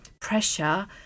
pressure